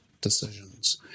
decisions